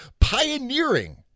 pioneering